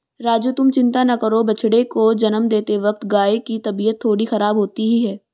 राजू तुम चिंता ना करो बछड़े को जन्म देते वक्त गाय की तबीयत थोड़ी खराब होती ही है